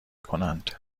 کنند